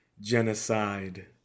genocide